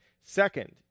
Second